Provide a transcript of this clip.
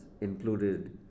included